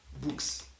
books